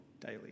daily